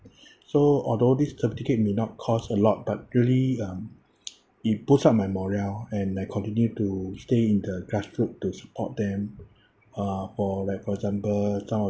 so although this certificate may not cost a lot but really um it boosts up my morale and I continue to stay in the grassroot to support them uh for like for example some of